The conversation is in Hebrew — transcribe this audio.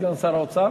סגן שר האוצר?